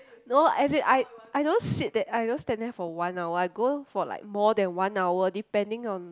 no as in I I don't sit that I don't stand there for one hour I go for like more than one hour depending on